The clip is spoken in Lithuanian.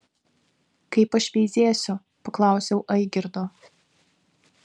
kaip aš veizėsiu paklausiau aigirdo